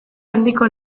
handiko